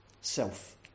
self